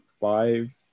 five